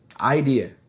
Idea